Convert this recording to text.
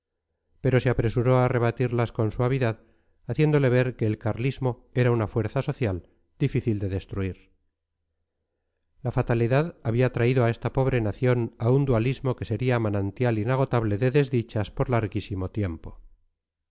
pero se apresuró a rebatirlas con suavidad haciéndole ver que el carlismo era una fuerza social difícil de destruir la fatalidad había traído a esta pobre nación a un dualismo que sería manantial inagotable de desdichas por larguísimo tiempo